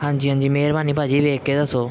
ਹਾਂਜੀ ਹਾਂਜੀ ਮਿਹਰਬਾਨੀ ਭਾਅ ਜੀ ਵੇਖ ਕੇ ਦੱਸੋ